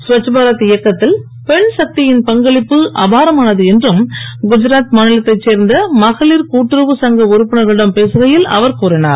ஸ்வச் பாரத் இயக்கத்தில் பெண் சக்தியின் பங்களிப்பு அபாரமானது என்றும் குஜராத் மாநிலத்தைச் சேர்ந்த மகளிர் கூட்டுறவு சங்க உறுப்பினர்களிடம் பேசுகையில் அவர் கூறிஞர்